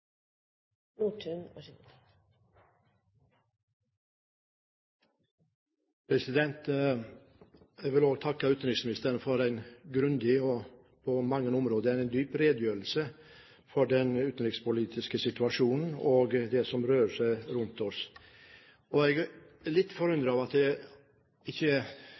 krefter, eller så gjør vi det ikke. Her kan det ikke gis en 40 års overgangsperiode, som noen faktisk gir uttrykk for også i dagens debatt. Jeg vil også takke utenriksministeren for en grundig og på mange områder en dyp redegjørelse av den utenrikspolitiske situasjonen og det som rører seg rundt